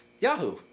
Yahoo